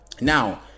Now